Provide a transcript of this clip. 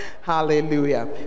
Hallelujah